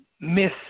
miss